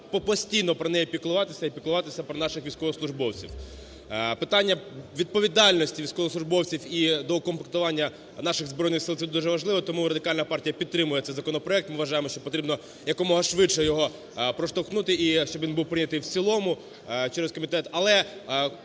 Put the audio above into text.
постійно про неї піклуватися і піклуватися про наших військовослужбовців. Питання відповідальності військовослужбовців і доукомплектування наших Збройних Сил – це дуже важливо. Тому Радикальна партія підтримує цей законопроект. Ми вважаємо, що потрібно якомога швидше його проштовхнути і щоб він був прийнятий в цілому через комітет.